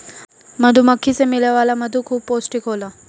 मधुमक्खी से मिले वाला मधु खूबे पौष्टिक होला